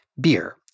beer